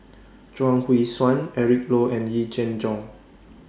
Chuang Hui Tsuan Eric Low and Yee Jenn Jong